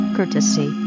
Courtesy